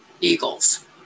eagles